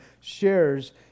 shares